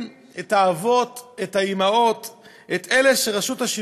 בשיח הישראלי, בבית כאן, בתקשורת בכלל,